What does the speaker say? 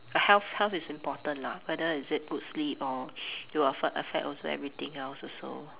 err health health is important lah whether is it good sleep or it will affect affect also everything else also